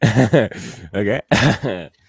Okay